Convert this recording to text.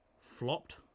flopped